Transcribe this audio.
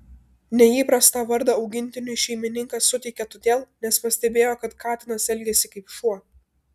neįprastą vardą augintiniui šeimininkas suteikė todėl nes pastebėjo kad katinas elgiasi kaip šuo